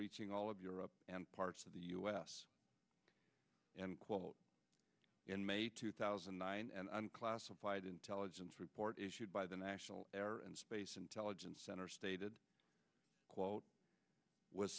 reaching all of europe and parts of the us and quote in may two thousand and nine and i'm classified intelligence report issued by the national air and space intelligence center stated quote